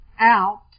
out